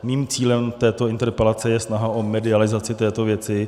Mým cílem této interpelace je snaha o medializaci této věci.